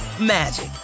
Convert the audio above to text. magic